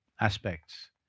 aspects